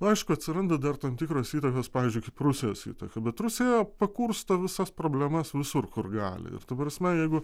nu aišku atsiranda dar tam tikros įtakos pavyzdžiui kaip rusijos įtaka bet rusija pakursto visas problemas visur kur gali ir ta prasme jeigu